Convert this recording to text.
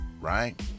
right